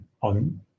on